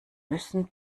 müssen